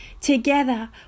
together